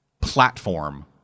platform